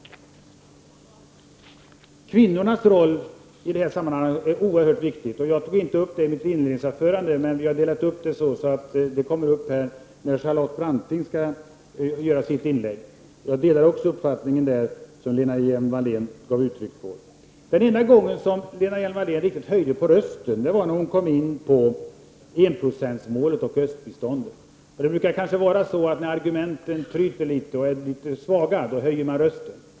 Kvinnornas roll är i det här sammanhanget oerhört viktig. Jag tog inte upp detta i mitt inledningsanförande, men vi har delat upp ämnet så, att den frågan kommer upp i Charlotte Brantings inlägg. Jag delar också här den uppfattning som Lena Hjelm-Wallén gav uttryck för. Den enda gång som Lena Hjelm-Wallén riktigt höjde rösten var när hon kom in på enprocentsmålet och östbiståndet. Det brukar kanske vara så att när argumenten tryter och är litet svaga, då höjer man rösten.